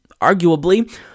arguably